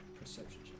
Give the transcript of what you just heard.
perception